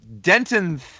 Denton